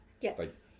Yes